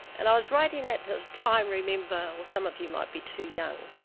and i was writing at a time, remember, well, some of you might be too young,